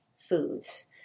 foods